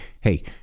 hey